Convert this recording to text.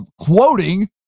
quoting